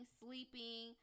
sleeping